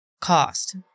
cost